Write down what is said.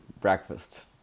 breakfast